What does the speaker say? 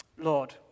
Lord